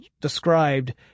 described